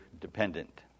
dependent